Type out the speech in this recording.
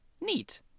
Neat